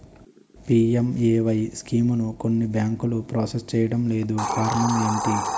PMAY స్కీమును కొన్ని బ్యాంకులు ప్రాసెస్ చేయడం లేదు కారణం ఏమిటి?